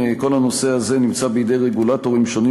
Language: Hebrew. כל הנושא הזה נמצא בידי רגולטורים שונים